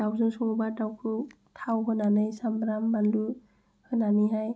दाउजों सङोब्ला दाउखौ थाव होनानै सामब्राम बानलु होनानैहाय